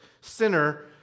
sinner